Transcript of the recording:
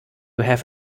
have